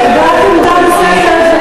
הבעת עמדה נוספת,